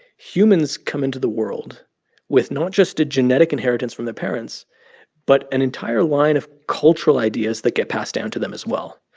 humans come into the world with not just a genetic inheritance from their parents but an entire line of cultural ideas that get passed down to them, as well.